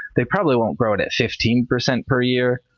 they probably won't grow it at fifteen percent per year,